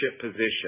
position